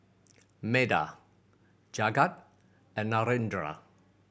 Medha Jagat and Narendra